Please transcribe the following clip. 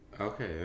Okay